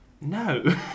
No